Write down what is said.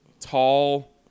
tall